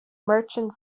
merchant